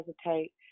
hesitate